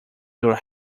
your